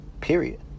period